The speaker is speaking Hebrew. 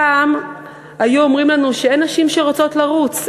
פעם היו אומרים לנו שאין נשים שרוצות לרוץ,